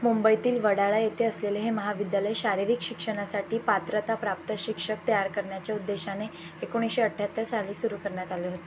मुंबईतील वडाळा येथे असलेले हे महाविद्यालय शारीरिक शिक्षणासाठी पात्रताप्राप्त शिक्षक तयार करण्याच्या उद्देशाने एकोणीसशे अठ्ठ्याहत्तर साली सुरू करण्यात आले होते